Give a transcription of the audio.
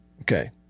Okay